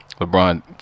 lebron